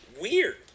weird